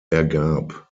ergab